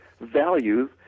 values